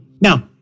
Now